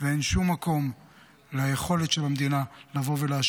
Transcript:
ואין שום מקום ליכולת של המדינה להשפיע.